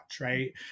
right